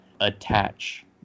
attach